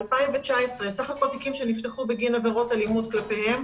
ב-2019 סך הכול תיקים שנפתחו בגין עבירות כלפיהם